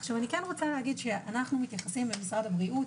אנו מתייחסים במשרד הבריאות,